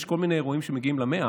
יש כל מיני אירועים שמגיעים ל-100,